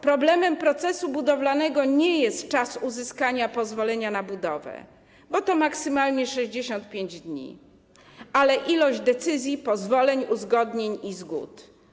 Problemem procesu budowlanego nie jest czas uzyskania pozwolenia na budowę, bo to maksymalnie 65 dni, ale ilość decyzji, pozwoleń, uzgodnień i zgód.